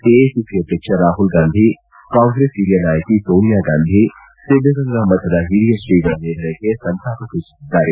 AICC ಅಧ್ವಕ್ಷ Rahul Gandhi Congress ಹಿರಿಯ ನಾಯಕಿ ಸೋನಿಯಾ ಗಾಂಧಿ ಸಿದ್ದಗಂಗಾ ಮಠದ ಹಿರಿಯ ಶ್ರೀಗಳ ನಿಧನಕ್ಕೆ ಸಂತಾಪ ಸೂಚಿಸಿದ್ದಾರೆ